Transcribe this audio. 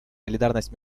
солидарность